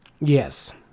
Yes